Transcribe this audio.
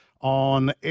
on